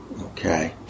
okay